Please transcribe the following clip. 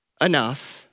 enough